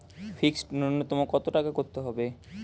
Fixed নুন্যতম কত টাকা করতে হবে?